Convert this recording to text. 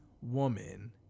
woman